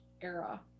era